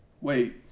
wait